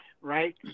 right